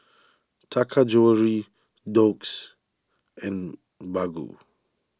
Taka Jewelry Doux and Baggu